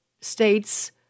states—